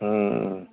ꯎꯝ